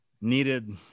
needed